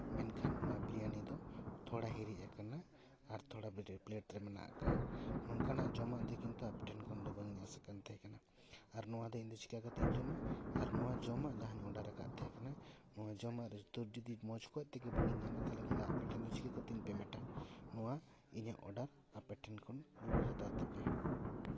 ᱢᱮᱱᱠᱷᱟᱱ ᱚᱱᱟ ᱵᱨᱤᱭᱟᱱᱤ ᱫᱚ ᱛᱷᱚᱲᱟ ᱦᱤᱨᱤᱡ ᱟᱠᱟᱱᱟ ᱟᱨ ᱛᱷᱚᱲᱟ ᱯᱞᱮᱴ ᱨᱮ ᱢᱮᱱᱟᱜ ᱟᱠᱟᱫᱟ ᱱᱚᱝᱠᱟᱱᱟᱜ ᱡᱚᱢᱟᱜ ᱫᱚ ᱠᱤᱱᱛᱩ ᱟᱯᱮ ᱴᱷᱮᱱ ᱠᱷᱚᱱᱫᱚ ᱵᱟᱹᱧ ᱟᱸᱥ ᱟᱠᱟᱱ ᱛᱟᱦᱮᱸ ᱠᱟᱱᱟ ᱟᱨ ᱱᱚᱣᱟ ᱫᱚ ᱤᱧᱫᱚ ᱪᱤᱠᱟᱹ ᱠᱟᱛᱮᱫ ᱤᱧ ᱡᱚᱢᱟ ᱟᱨ ᱱᱚᱣᱟ ᱡᱚᱢᱟᱜ ᱡᱟᱦᱟᱸᱧ ᱚᱰᱟᱨ ᱟᱠᱟᱫ ᱛᱟᱦᱮᱸ ᱠᱟᱱᱟ ᱱᱚᱣᱟ ᱡᱚᱢᱟᱜ ᱨᱮᱥᱛᱳᱨ ᱡᱚᱫᱤ ᱢᱚᱡᱽ ᱠᱚᱡ ᱛᱮᱜᱮ ᱡᱩᱫᱤ ᱵᱟᱹᱧ ᱧᱟᱢᱟ ᱛᱟᱦᱚᱞᱮ ᱠᱷᱟᱱ ᱫᱚ ᱟᱯᱮ ᱴᱷᱮᱱ ᱫᱚ ᱪᱤᱠᱟᱹ ᱠᱟᱛᱮᱧ ᱯᱮᱢᱮᱱᱴᱼᱟ ᱱᱚᱣᱟ ᱤᱧᱟᱹᱜ ᱚᱰᱟᱨ ᱟᱯᱮ ᱴᱷᱮᱱ ᱠᱷᱚᱱ ᱨᱩᱣᱟᱹᱲ ᱦᱟᱛᱟᱣ ᱛᱟᱯᱮ